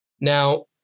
Now